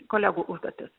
kolegų užduotis